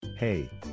Hey